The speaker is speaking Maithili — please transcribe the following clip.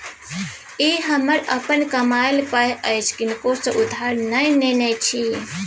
ई हमर अपन कमायल पाय अछि किनको सँ उधार नहि नेने छी